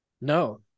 No